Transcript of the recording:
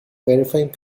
verifying